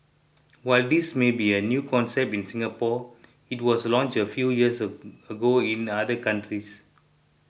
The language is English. while this may be a new concept in Singapore it was launch a few years ago in other countries